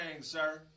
sir